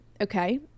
okay